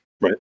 right